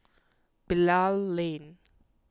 Bilal Lane